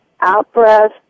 out-breath